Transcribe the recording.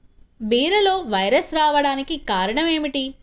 బీరలో వైరస్ రావడానికి కారణం ఏమిటి?